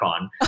on